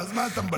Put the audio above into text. אז מה אתה מבלבל?